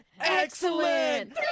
Excellent